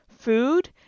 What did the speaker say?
food